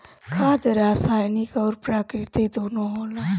खाद रासायनिक अउर प्राकृतिक दूनो होला